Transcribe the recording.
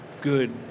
good